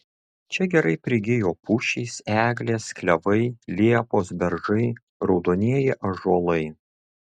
čia gerai prigijo pušys eglės klevai liepos beržai raudonieji ąžuolai